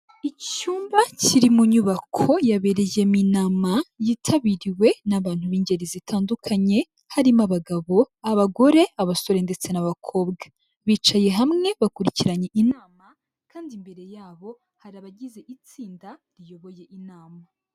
Icyumba kiri mu nyubako yabereyemo inama yitabiriwe n'abantu b'ingeri zitandukanye, harimo abagabo, abagore, abasore ndetse n'abakobwa, bicaye hamwe bakurikiranye inama kandi imbere yabo hari abagize itsinda riyoboye inama.